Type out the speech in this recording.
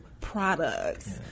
products